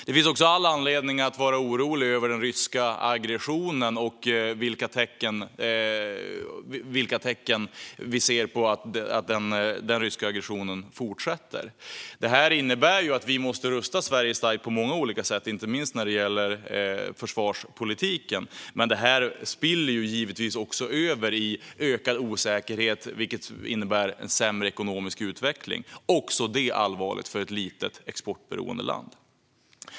Det finns också all anledning att vara orolig över den ryska aggressionen och de tecken vi ser på att den fortsätter. Detta innebär att vi måste rusta Sverige starkt på många olika sätt, inte minst när det gäller försvarspolitiken. Det spiller givetvis också över i ökad osäkerhet, vilket innebär en sämre ekonomisk utveckling - också det allvarligt för ett litet, exportberoende land.